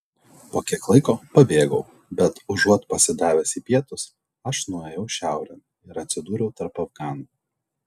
po kiek laiko pabėgau bet užuot pasidavęs į pietus aš nuėjau šiaurėn ir atsidūriau tarp afganų